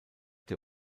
der